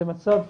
זה מצב